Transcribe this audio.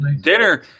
dinner